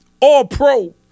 All-Pro